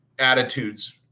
attitudes